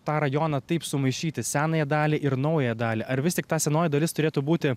tą rajoną taip sumaišyti senąją dalį ir naują dalį ar vis tik ta senoji dalis turėtų būti